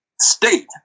state